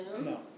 No